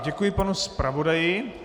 Děkuji panu zpravodaji.